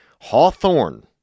Hawthorne